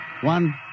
one